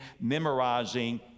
memorizing